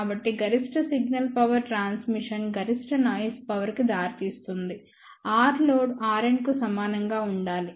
కాబట్టి గరిష్ట signal power transmission గరిష్ట నాయిస్ పవర్ కి దారితీస్తుంది Rలోడ్ Rn కు సమానంగా ఉండాలి